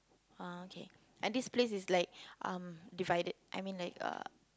uh okay and this place is like um divided I mean like uh